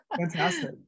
Fantastic